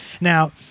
Now